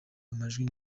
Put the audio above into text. amajwi